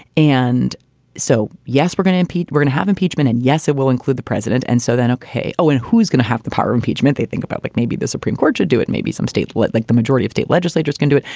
and so, yes, we're going to impeach. we're gonna have impeachment. and yes, it will include the president. and so then. okay. oh, and who's going to have the power of impeachment? they think about like maybe the supreme court should do it, maybe some state what like the majority of state legislatures can do it.